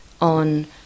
on